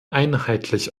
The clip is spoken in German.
einheitlich